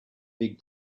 big